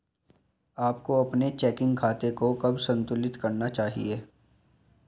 आपको अपने चेकिंग खाते को कब संतुलित करना चाहिए?